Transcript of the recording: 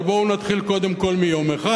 אבל בואו נתחיל קודם כול מיום אחד,